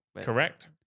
correct